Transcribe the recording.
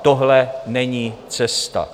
Tohle není cesta.